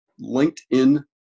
LinkedIn